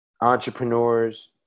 entrepreneurs